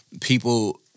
people